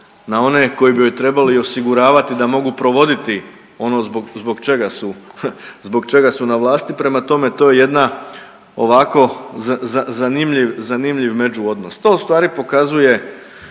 na one koji bi joj trebali osiguravati da mogu provoditi ono zbog čega su na vlasti, prema tome to je jedna ovako zanimljiv međuodnos. To ustvari pokazuje